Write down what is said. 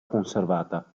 conservata